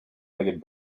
legged